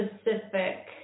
specific